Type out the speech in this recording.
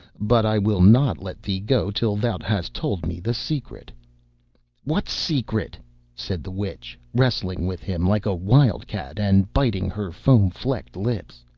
but i will not let thee go till thou hast told me the secret what secret said the witch, wrestling with him like a wild cat, and biting her foam-flecked lips.